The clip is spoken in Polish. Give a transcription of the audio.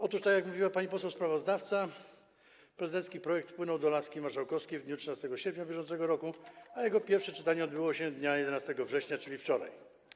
Otóż tak jak mówiła pani poseł sprawozdawca, prezydencki projekt wpłynął do laski marszałkowskiej w dniu 13 sierpnia br., a jego pierwsze czytanie odbyło się dnia 11 września, czyli wczoraj.